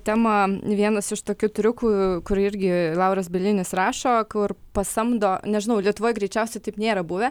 temą vienas iš tokių triukų kur irgi lauras bielinis rašo kur pasamdo nežinau lietuvoj greičiausiai taip nėra buvę